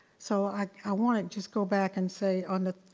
so i wanna just go back and say on the,